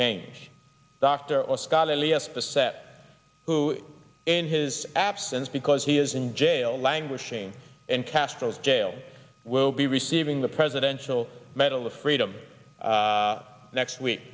change doctor or scholarly if the set who in his absence because he is in jail languishing and castro's jail will be receiving the presidential medal of freedom next week